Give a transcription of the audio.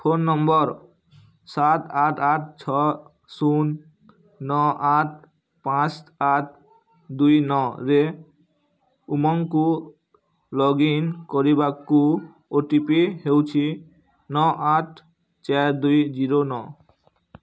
phone number ସାତ ଆଠ ଆଠ ଛଅ ଶୂନ ନଅ ଆଠ ପାଞ୍ଚ ଆଠ ପାଞ୍ଚ ଆଠ ଦୁଇ ନଅ ରେ ଉମଙ୍ଗକୁ ଲଗ୍ଇନ କରିବାକୁ ଓ ଟି ପି ହେଉଛି ନଅ ଆଠ ଚାରି ଦୁଇ ଜିରୋ ନଅ